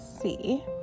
see